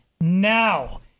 now